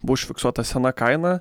buvo užfiksuota sena kaina